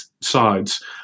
sides